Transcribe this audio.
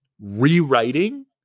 rewriting